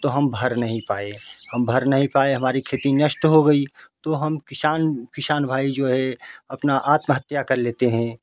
तो हम भर नहीं पाए हम भर नहीं पाए हमारी खेती नष्ट हो गई तो तो हम किसान किसान भाई जो है अपना आत्महत्या कर लेते हैं